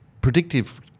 predictive